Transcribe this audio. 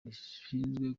rishinzwe